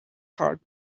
hard